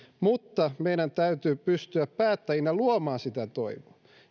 mutta meidän täytyy pystyä päättäjinä luomaan sitä toivoa